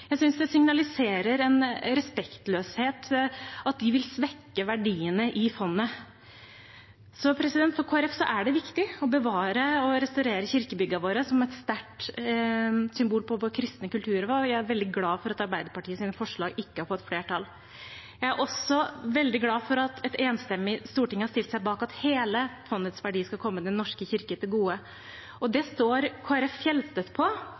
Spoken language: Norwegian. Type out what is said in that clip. Jeg synes det signaliserer en mangel på respekt når de vil svekke verdiene i fondet. For Kristelig Folkeparti er det viktig å bevare og restaurere kirkebyggene våre som et sterkt symbol på vår kristne kulturarv, og jeg er veldig glad for at Arbeiderpartiets forslag ikke har fått flertall. Jeg er også veldig glad for at et enstemmig storting har stilt seg bak at hele fondets verdi skal komme Den norske kirke til gode. Det står Kristelig Folkeparti fjellstøtt på, og det